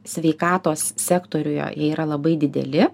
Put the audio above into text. sveikatos sektoriuje yra labai dideli